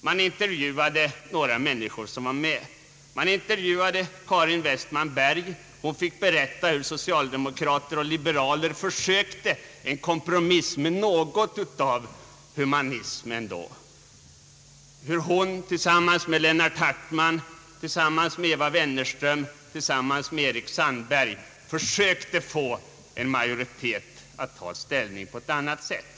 Man intervjuade några människor som var med. Karin Westman-Berg fick berätta om hur socialdemokrater och liberaler försökte en kompromiss med något av humanitet ändå; hur hon tillsammans med Lennart Hartmann, Eva Wennerström och Erik Sandberg försökte få en majoritet att ta ställning på ett annat sätt.